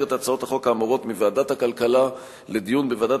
את הצעות החוק האמורות מוועדת הכלכלה לדיון בוועדת